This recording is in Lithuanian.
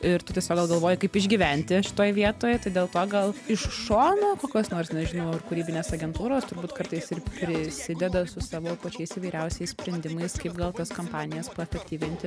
ir tu tiesiog gal galvoji kaip išgyventi šitoj vietoj tai dėl to gal iš šono kokios nors nežinau ar kūrybinės agentūros turbūt kartais ir prisideda su savo pačiais įvairiausiais sprendimais kaip gal tas kampanijas paefektyvinti